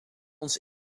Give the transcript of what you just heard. ons